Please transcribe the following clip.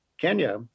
Kenya